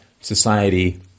society